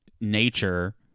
nature